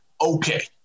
okay